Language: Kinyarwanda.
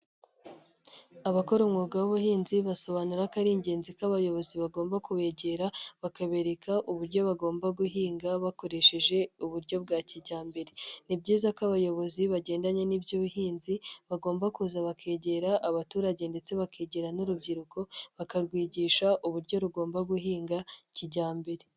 Abakora umwuga w'ubuhinzi basobanura ko ari ingenzi ko abayobozi bagomba kubegera bakabereka uburyo bagomba guhinga bakoresheje uburyo bwa kijyambere, ni byiza ko abayobozi bagendanye n'iby'ubuhinzi bagomba kuza bakegera abaturage ndetse bakegera n'urubyiruko bakarwigisha uburyo rugomba guhinga kijyambere.